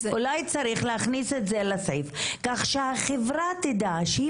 אולי צריך להכניס את זה לסעיף כך שהחברה תדע שהיא